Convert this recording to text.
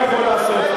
מה אני יכול לעשות?